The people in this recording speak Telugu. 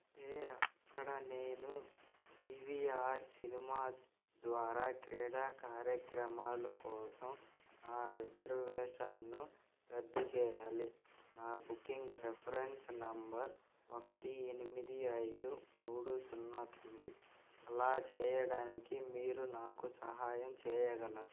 హే అక్కడ నేను పీ వీ ఆర్ సినిమాస్ ద్వారా క్రీడా కార్యక్రమాలు కోసం నా రిజర్వేషన్ను రద్దు చేయాలి నా బుకింగ్ రిఫరెన్స్ నెంబర్ ఒకటి ఎనిమిది ఐదు మూడు సున్నా తొమ్మిది అలా చేయడానికి మీరు నాకు సహాయం చేయగలరా